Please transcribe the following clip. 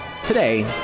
Today